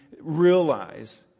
realize